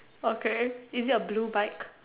okay is it a blue bike